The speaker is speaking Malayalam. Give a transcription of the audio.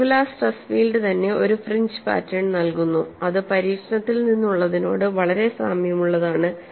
സിംഗുലാർ സ്ട്രെസ് ഫീൽഡ് തന്നെ ഒരു ഫ്രിഞ്ച് പാറ്റേൺ നൽകുന്നു അത് പരീക്ഷണത്തിൽ നിന്നുള്ളതിനോട് വളരെ സാമ്യമുള്ളതാണ്